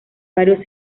varios